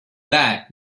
back